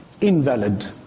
invalid